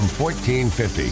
1450